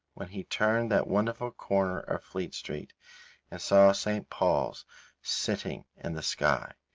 when he turned that wonderful corner of fleet street and saw st. paul's sitting in the sky.